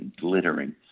glittering